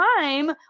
time